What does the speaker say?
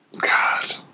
God